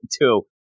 two